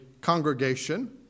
congregation